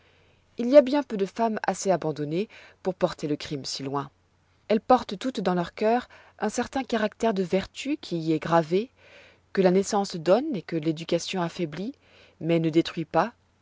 il y a bien peu de femmes assez abandonnées pour porter le crime si loin elles portent toutes dans leur cœur un certain caractère de vertu qui y est gravé que la naissance donne et que l'éducation affoiblit mais ne détruit pas